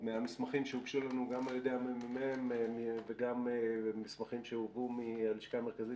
מהמסמכים שהוגשו לנו גם על ידי הממ"מ וגם מסמכים שהובאו מהלשכה המרכזית